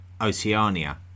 Oceania